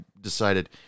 decided